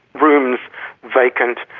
rooms vacant,